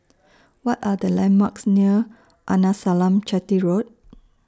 What Are The landmarks near Arnasalam Chetty Road